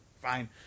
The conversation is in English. Fine